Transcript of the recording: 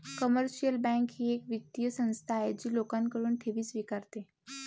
commercial bank ही एक वित्तीय संस्था आहे जी लोकांकडून ठेवी स्वीकारते